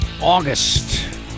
August